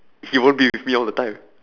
he won't be with me all the time